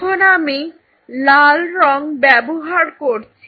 এখন আমি লাল রং ব্যবহার করছি